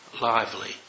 lively